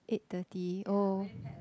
eight thirty oh